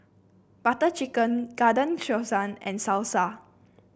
Butter Chicken Garden Stroganoff and Salsa